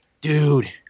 Dude